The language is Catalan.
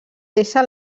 deixa